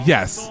Yes